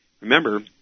Remember